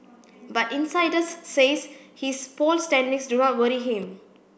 but insiders says his poll standings do not worry him